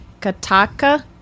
Kataka